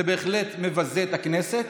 זה בהחלט מבזה את הכנסת,